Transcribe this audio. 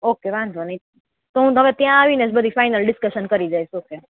okay વાંધો નઈ તો હું હવે ત્યાં આવીને જ બધી ફાઈનલ ડિસ્કશન કરી જાઈસ ઓકે